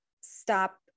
stop